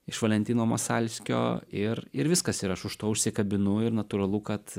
iš valentino masalskio ir ir viskas ir aš už to užsikabinu ir natūralu kad